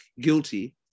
guilty